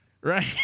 right